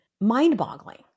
mind-boggling